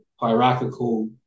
hierarchical